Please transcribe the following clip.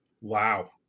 wow